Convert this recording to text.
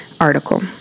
article